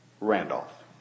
Randolph